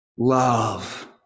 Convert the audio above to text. Love